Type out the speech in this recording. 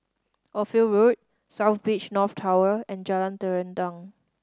Ophir Road South Beach North Tower and Jalan Terentang